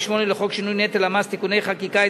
8 לחוק שינוי נטל המס (תיקוני חקיקה),